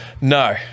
no